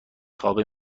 خوابه